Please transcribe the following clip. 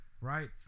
Right